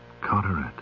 Carteret